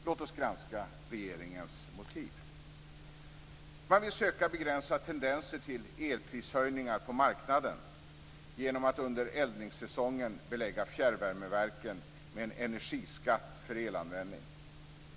Låt oss granska regeringens motiv. Man vill söka begränsa tendenser till elprishöjningar på marknaden genom att under eldningssäsongen belägga fjärrvärmeverken med en energiskatt för elanvändning.